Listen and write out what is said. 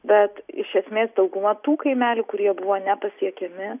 bet iš esmės dauguma tų kaimelių kurie buvo nepasiekiami